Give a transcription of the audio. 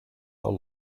the